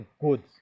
goods